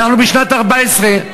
אנחנו בשנת 2014,